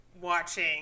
watching